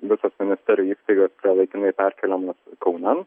visos ministerijų įstaigos yra laikinai perkeliamos kaunan